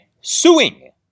suing